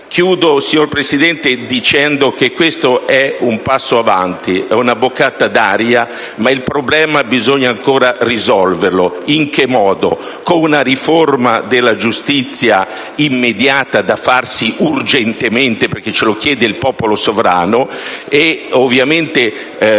Concludo, Signor Presidente, dicendo che questo è un passo avanti, è una boccata d'aria, ma il problema bisogna ancora risolverlo. In che modo? Con una riforma della giustizia immediata, da farsi urgentemente, perché ce lo chiede il popolo sovrano, e ovviamente,